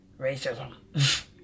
Racism